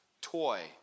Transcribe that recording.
toy